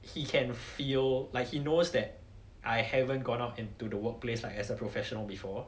he can feel like he knows that I haven't gone out into the workplace like as a professional before